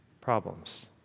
problems